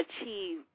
achieve